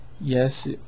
yes